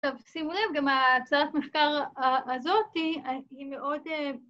‫טוב, שימו רב, גם ההצעת המחקר הזאת ‫היא מאוד...